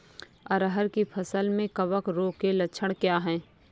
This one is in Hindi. अरहर की फसल में कवक रोग के लक्षण क्या है?